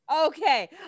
okay